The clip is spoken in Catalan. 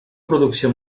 producció